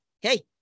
Hey